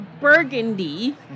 Burgundy